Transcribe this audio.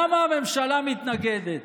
למה הממשלה מתנגדת?